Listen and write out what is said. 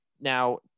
Now